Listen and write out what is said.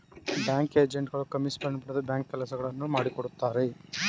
bank agent ಗಳು commission ಪಡೆದು banking ಕೆಲಸಗಳನ್ನು ಮಾಡಿಕೊಡುತ್ತಾರೆ